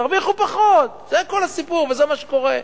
תרוויחו פחות, זה כל הסיפור, וזה מה שקורה.